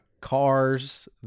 Cars